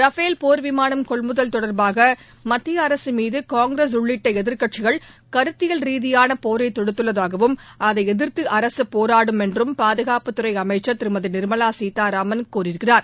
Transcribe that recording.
Rafale போர்விமானம் கொள்முதல் தொடர்பாக மத்திய அரசு மீது காங்கிரஸ் உள்ளிட்ட எதிர்க்கட்சிகள் கருத்தியல் ரீதியான போரைத் தொடுத்துள்ளதாகவும் அதை எதிர்த்து அரசு போராடும் என்றும் பாதுகாப்புத் துறை அமைச்ச் திருமதி நிர்மலா சீதாராமன் கூறியிருக்கிறார்